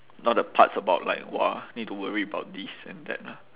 not the parts about like !wah! need to worry about this and that lah